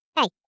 Hey